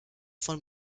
von